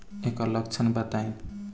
ऐकर लक्षण बताई?